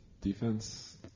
Defense